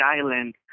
island